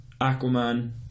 Aquaman